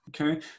Okay